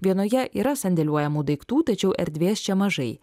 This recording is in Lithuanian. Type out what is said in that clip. vienoje yra sandėliuojamų daiktų tačiau erdvės čia mažai